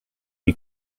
you